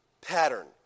pattern